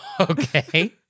Okay